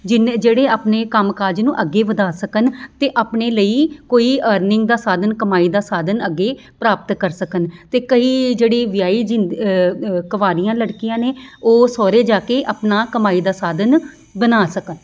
ਜਿੰਨੇ ਜਿਹੜੇ ਆਪਣੇ ਕੰਮ ਕਾਜ ਨੂੰ ਅੱਗੇ ਵਧਾ ਸਕਣ ਅਤੇ ਆਪਣੇ ਲਈ ਕੋਈ ਅਰਨਿੰਗ ਦਾ ਸਾਧਨ ਕਮਾਈ ਦਾ ਸਾਧਨ ਅੱਗੇ ਪ੍ਰਾਪਤ ਕਰ ਸਕਣ ਅਤੇ ਕਈ ਜਿਹੜੀ ਵਿਆਹੀ ਜਿੰਦ ਕੁਆਰੀਆਂ ਲੜਕੀਆਂ ਨੇ ਉਹ ਸਹੁਰੇ ਜਾ ਕੇ ਆਪਣਾ ਕਮਾਈ ਦਾ ਸਾਧਨ ਬਣਾ ਸਕਣ